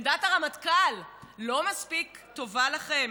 עמדת הרמטכ"ל לא מספיק טובה לכם?